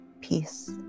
peace